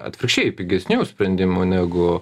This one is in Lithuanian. atvirkščiai pigesnių sprendimų negu